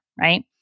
right